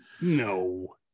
no